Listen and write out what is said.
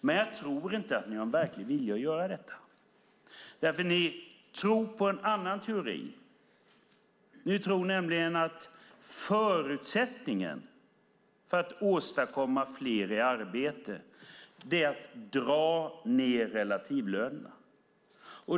Men jag tror inte att ni har en verklig vilja att göra detta, för ni tror på en annan teori. Ni tror nämligen att förutsättningen för att åstadkomma fler i arbete är att dra ned relativlönerna.